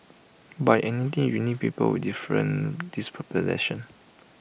but in any team you need people with different position